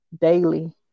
daily